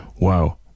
Wow